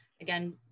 Again